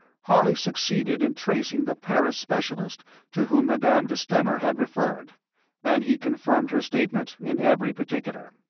harley succeeded in tracing the paris specialist to whom madame de stamer had referred and he confirmed her statement in every particular.